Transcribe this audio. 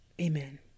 Amen